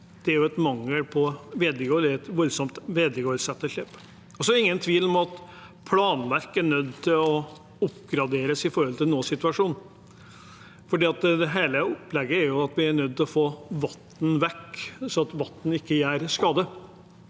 det er et voldsomt vedlikeholdsetterslep. Det er heller ingen tvil om at planverket er nødt til å oppgraderes i forhold til nåsituasjonen, for hele opplegget er jo at vi er nødt til å få vannet vekk, så det ikke gjør skade.